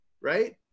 Right